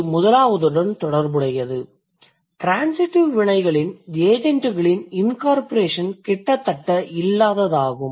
இது முதலாவதுடன் தொடர்புடையது ட்ரான்சிடிவ் வினைகளின் ஏஜெண்ட்களின் incorporation கிட்டத்தட்ட இல்லாததாகும்